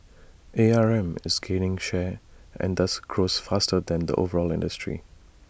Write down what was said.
A R M is gaining share and thus grows faster than the overall industry